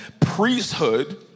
priesthood